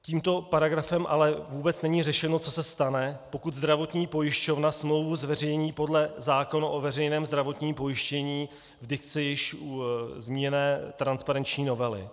Tímto paragrafem ale vůbec není řešeno, co se stane, pokud zdravotní pojišťovna smlouvu zveřejní podle zákona o veřejném zdravotním pojištění v dikci již zmíněné transparenční novely.